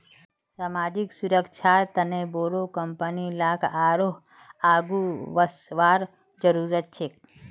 सामाजिक सुरक्षार तने बोरो कंपनी लाक आरोह आघु वसवार जरूरत छेक